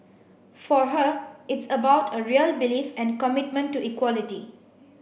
for her it's about a real belief and commitment to equality